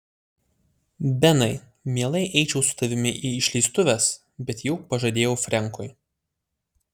benai mielai eičiau su tavimi į išleistuves bet jau pažadėjau frenkui